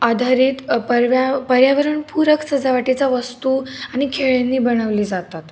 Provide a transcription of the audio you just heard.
आधारित परव्या पर्यावरणपूरक सजावटीचा वस्तू आणि खेळणी बनवली जातात